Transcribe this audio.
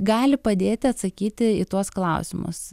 gali padėti atsakyti į tuos klausimus